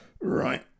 Right